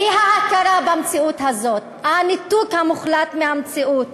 האי-הכרה במציאות הזאת, הניתוק המוחלט מהמציאות,